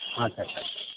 अच्छा अच्छा अच्छा